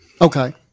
Okay